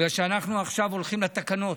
בגלל שאנחנו עכשיו הולכים לתקנות,